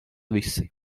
visi